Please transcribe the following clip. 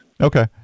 Okay